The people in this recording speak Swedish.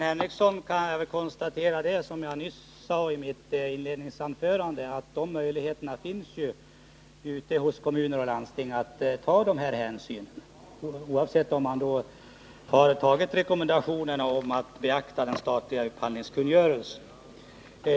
Herr talman! Som jag sade i mitt inledningsanförande har kommuner och landsting möjlighet att ta dessa hänsyn.